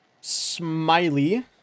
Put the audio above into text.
Smiley